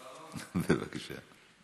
בבקשה.